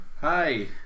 Hi